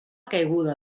caiguda